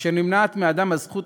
והיות שכאשר נמנעת מאדם הזכות